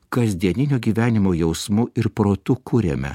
kasdieninio gyvenimo jausmu ir protu kuriame